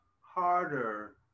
harder